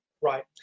Right